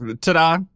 Ta-da